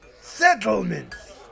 Settlements